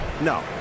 No